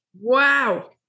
Wow